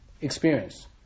Experience